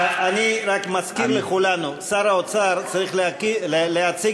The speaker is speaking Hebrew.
אני רק מזכיר לכולנו: שר האוצר צריך להציג